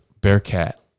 Bearcat